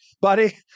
buddy